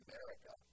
America